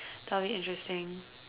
that'll be interesting